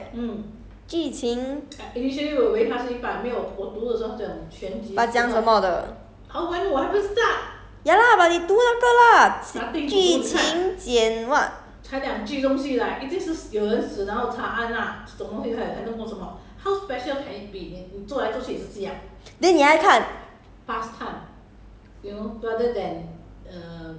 maybe tomorrow lah orh 全部出 liao leh 剧情 but 讲什么的 ya lah but 你读那个 lah 剧情简 what then 你还看